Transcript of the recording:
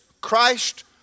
Christ